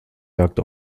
jagd